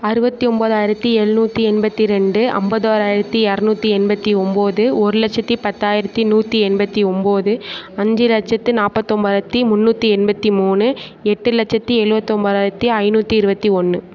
அறுபத்தி ஒம்பதாயிரத்து ஏழுநூத்தி எண்பத்து ரெண்டு ஐம்பத்தி ஓராயிரத்தி இரநூத்தி எண்பத்து ஒம்பது ஒரு லட்சத்து பத்தாயிரத்து நூற்றி எண்பத்து ஒம்பது அஞ்சு லட்சத்து நாற்பத்து ஒம்பதாயிரத்தி முண்ணூற்றி எண்பத்து மூணு எட்டு லட்சத்து எழுபத்தி ஒம்பதாயிரத்தி ஐநூற்றி இருபத்தி ஒன்று